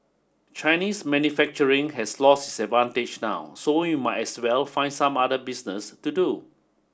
Chinese manufacturing has lost its advantage now so we might as well find some other business to do